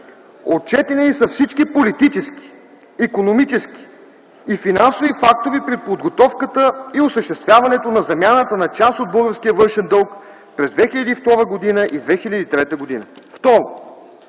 отчетени ли са всички политически, икономически и финансови фактори при подготовката и осъществяването на замяната на част от българския външен дълг през 2002 г. и 2003 г.